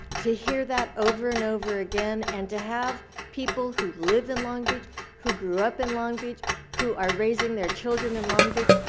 to hear that over and over again, and to have people who live in long beach who grew up in long beach, who are raising their children in long beach,